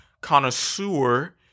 connoisseur